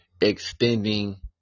Extending